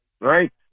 right